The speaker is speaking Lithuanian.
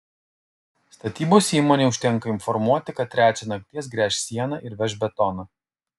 statybos įmonei užtenka informuoti kad trečią nakties gręš sieną ir veš betoną